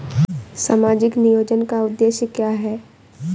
सामाजिक नियोजन का उद्देश्य क्या है?